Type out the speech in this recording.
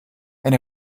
and